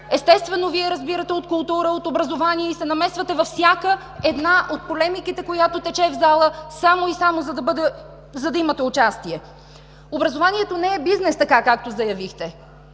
Естествено, Вие разбирате от култура, от образование и се намесвате във всяка една от полемиките, която тече в залата, само и само за да имате участие. Образованието не е бизнес, както заявихте,